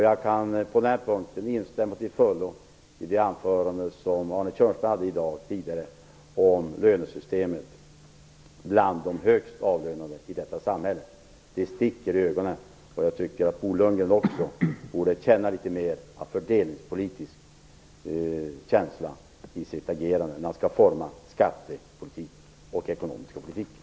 Jag kan på den här punkten till fullo instämma i det anförande som Arne Kjörnsberg hade i dag om lönesystemet för de högst avlönade i detta samhälle. Det sticker i ögonen. Jag tycker att Bo Lundgren också borde ha litet mer av fördelningspolitisk känsla i sitt agerande när han skall forma skattepolitiken och den ekonomiska politiken.